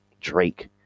drake